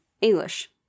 English